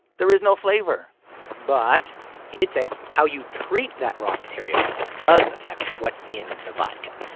there is no flavor but he did say how you treat that raw material does affect what's in the vodka.